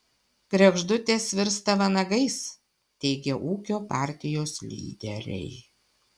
kregždutės virsta vanagais teigia ūkio partijos lyderiai